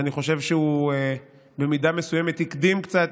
ואני חושב שהוא במידה מסוימת הקדים קצת